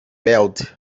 belt